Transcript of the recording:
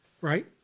right